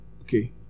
Okay